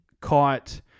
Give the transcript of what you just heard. caught –